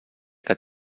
que